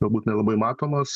galbūt nelabai matomos